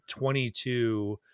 22